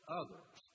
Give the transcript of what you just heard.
others